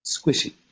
squishy